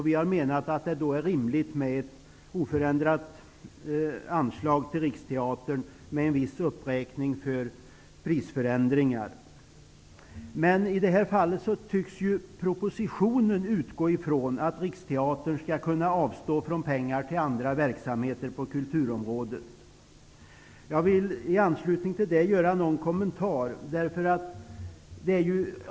Vi har menat att det då är rimligt med ett oförändrat anslag till Riksteatern med en viss uppräkning för prisförändringar. Men i det här fallet tycks propositionen utgå från att Riksteatern skall kunna avstå från pengar för andra verksamheter på kulturområdet. Jag vill i anslutning till detta ge en kommentar.